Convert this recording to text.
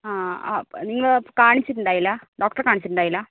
ആ അപ്പോൾ നിങ്ങൾ കാണിച്ചിട്ടുണ്ടായിരുന്നില്ല ഡോക്ടറെ കാണിച്ചിട്ടുണ്ടായിരുന്നില്ല